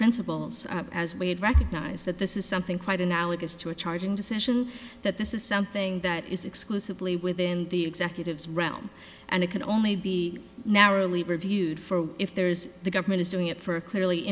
principles as wade recognize that this is something quite analogous to a charging decision that this is something that is exclusively within the executives realm and it can only be narrowly reviewed for if there is the government is doing it for a clearly